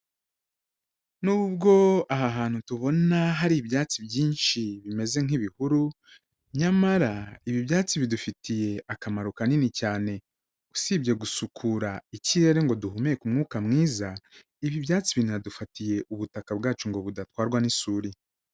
Nubwo aha hantu tubona hari ibyatsi byinshi bimeze nk'ibihuru, nyamara ibi byatsi bidufitiye akamaro kanini cyane, usibye gusukura ikirere ngo duhumeke umwuka mwiza, ibi byatsi binadufatiye ubutaka bwacu ngo budatwarwa n'isuri.